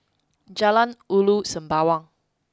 Jalan Ulu Sembawang